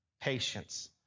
patience